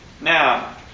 now